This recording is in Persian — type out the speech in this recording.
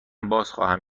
بازخواهم